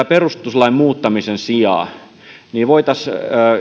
perustuslain muuttamisen sijaan voitaisiin